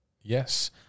Yes